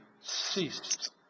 ceased